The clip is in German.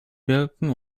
birken